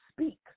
speak